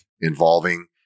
involving